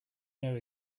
know